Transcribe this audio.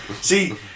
See